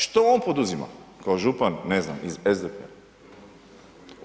Što on poduzima kao župan, ne znam iz SDP-a?